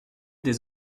des